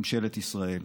ממשלת ישראל: